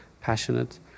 passionate